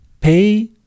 pay